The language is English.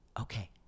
Okay